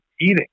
eating